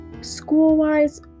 School-wise